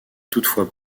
toutefois